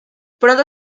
pronto